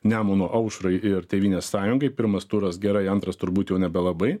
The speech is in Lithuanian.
nemuno aušrai ir tėvynės sąjungai pirmas turas gerai antras turbūt jau nebelabai